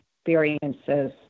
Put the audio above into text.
experiences